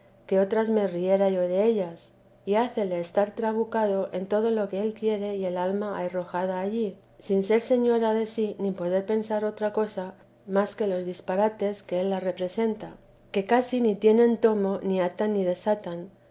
que otras me reiría yo dellas y hácele estar trabucado en todo lo que él quiere y el alma aherrojada allí sin ser señora de sí ni poder pensar otra cosa más de los disbarates que ella representa que casi ni tiene tomo ni atan ni desatan